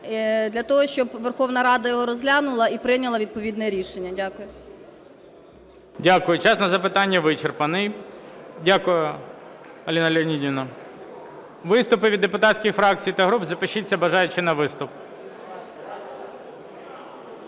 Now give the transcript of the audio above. для того, щоб Верховна Рада його розглянула і прийняла відповідне рішення. Дякую. ГОЛОВУЮЧИЙ. Дякую. Час на запитання вичерпаний. Дякую, Аліна Леонідівна. Виступи від депутатських фракцій та груп. Запишіться бажаючі на виступ.